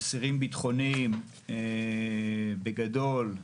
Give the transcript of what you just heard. אסירים ביטחוניים, בגדול,